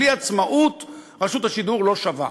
בלי עצמאות רשות השידור לא שווה,